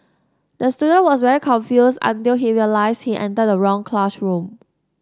the student was very confused until he realised he entered the wrong classroom